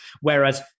Whereas